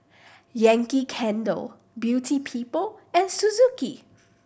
Yankee Candle Beauty People and Suzuki